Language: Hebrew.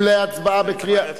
ללא עמלה.